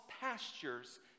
pastures